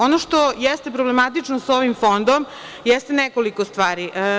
Ono što jeste problematično sa ovim fondom, jeste nekoliko stvari.